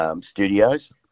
studios